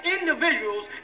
individuals